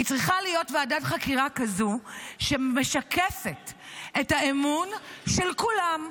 היא צריכה להיות ועדת חקירה כזו שמשקפת את האמון של כולם.